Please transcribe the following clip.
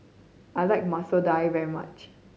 I like Masoor Dal very much